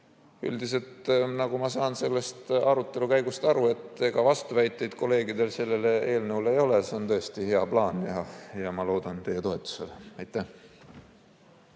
üldiselt, nagu ma saan sellest arutelukäigust aru, ega vastuväiteid kolleegidel sellele eelnõule ei ole. See on tõesti hea plaan ja ma loodan teie toetusele. Nüüd